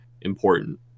important